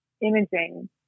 imaging